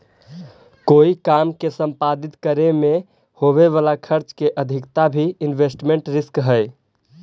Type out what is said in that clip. कोई काम के संपादित करे में होवे वाला खर्च के अधिकता भी इन्वेस्टमेंट रिस्क हई